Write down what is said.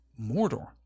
Mordor